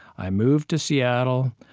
i moved to seattle,